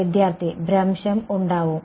വിദ്യാർത്ഥി ഭ്രംശം ഉണ്ടാവും